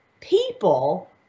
people